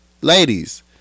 ladies